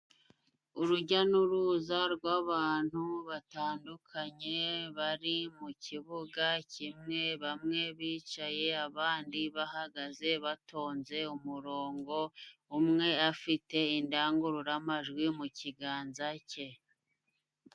Urujya n'uruza rw'abantu batandukanye bari mu kibuga kimwe, bamwe bicaye, abandi bahagaze batonze umurongo umwe afite indangururamajwi mu kiganza cye.